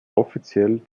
offiziell